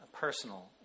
personal